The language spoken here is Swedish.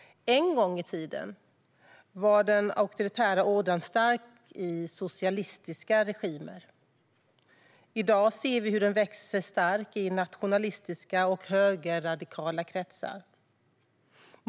En gång i tiden var den auktoritära ordningen stark i socialistiska regimer. I dag ser vi hur den växer stark i nationalistiska och högerradikala kretsar.